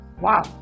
wow